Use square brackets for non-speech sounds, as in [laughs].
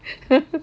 [laughs]